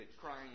crying